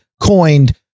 coined